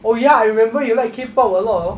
oh ya I remember you like K-pop a lot orh